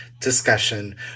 discussion